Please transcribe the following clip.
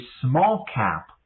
small-cap